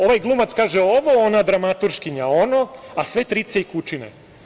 Ovaj glumac kaže ono, ona dramaturškinja ono, a sve trice i kučine.